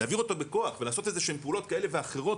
להעביר אותו בכוח ולעשות איזה שהן פעולות כאלה ואחרות